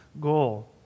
goal